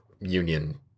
union